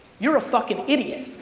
you're a fucking idiot.